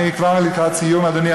אני כבר לקראת סיום, אדוני.